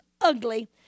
ugly